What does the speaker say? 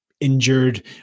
injured